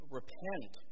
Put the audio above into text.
repent